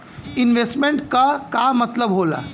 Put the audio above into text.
Investment क का मतलब हो ला?